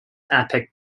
epic